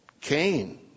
Cain